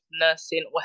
nursing